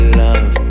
love